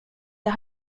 jag